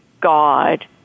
God